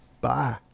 bye